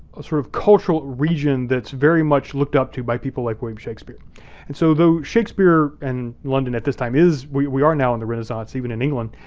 a sort of cultural region that's very much looked up to by people like william shakespeare and so though shakespeare and london at this time is, we are now in the renaissance, even in england,